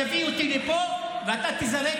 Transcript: אתה שר?